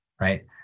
right